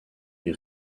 les